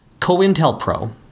COINTELPRO